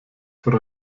frau